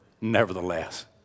nevertheless